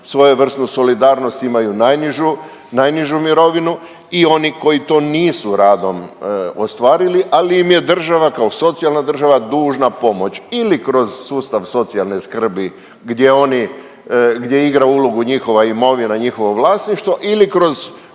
svojevrsnu solidarnost imaju najnižu mirovinu i oni koji to nisu radom ostvarili, ali im je država kao socijalna država dužna pomoći ili kroz sustav socijalne skrbi gdje oni, gdje igra ulogu njihova imovina, njihovo vlasništvo ili kroz